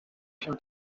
się